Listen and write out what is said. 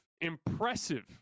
impressive